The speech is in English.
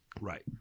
right